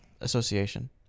association